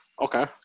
Okay